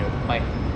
bike